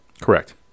Correct